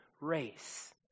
race